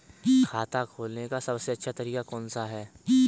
खाता खोलने का सबसे अच्छा तरीका कौन सा है?